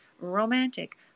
romantic